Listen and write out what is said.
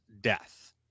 death